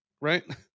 right